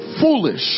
foolish